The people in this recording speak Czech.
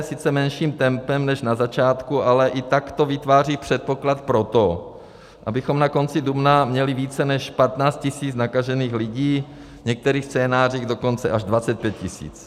Sice menším tempem než na začátku, ale i takto vytváří předpoklad pro to, abychom na konci dubna měli více než 15 tisíc nakažených lidí, v některých scénářích dokonce až 25 tisíc.